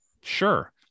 sure